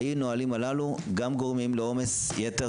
אי הנהלים הללו גם גורמים לעומס יתר